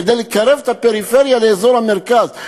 כדי לקרב את הפריפריה לאזור המרכז,